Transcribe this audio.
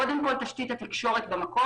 קודם כל תשתית התקשורת במקום,